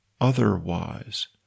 otherwise